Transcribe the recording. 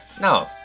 no